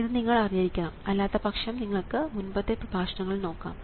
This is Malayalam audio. ഇത് നിങ്ങൾ അറിഞ്ഞിരിക്കണം അല്ലാത്തപക്ഷം നിങ്ങൾക്ക് മുൻപത്തെ പ്രഭാഷണങ്ങൾ നോക്കാം